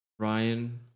Ryan